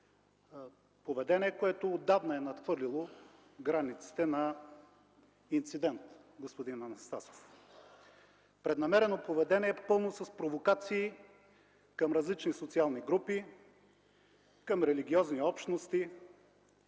поведение, което отдавна е надхвърлило границите на инцидент, господин Анастасов, преднамерено поведение, пълно с провокации към различни социални групи, към религиозни общности,